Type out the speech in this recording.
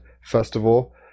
festival